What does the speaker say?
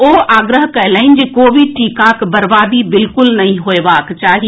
ओ आग्रह कयलनि जे कोविड टीकाक बर्वादी बिल्कुल नहि होएबाक चाही